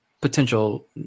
potential